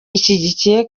ishyigikira